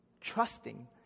trusting